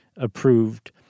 approved